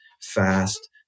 fast